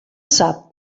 sap